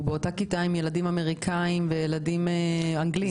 באותה כיתה עם ילדים אמריקאיים וילדים אנגליים?